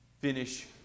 Finish